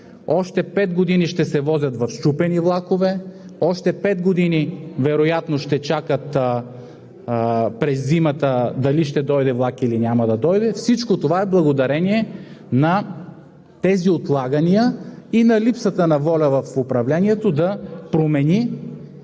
още пет години ще се возят в счупени влакове, още пет години вероятно ще чакат през зимата дали ще дойде влак, или няма да дойде. Всичко това е благодарение на тези отлагания и на липсата на воля в управлението да промени